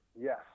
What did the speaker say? Yes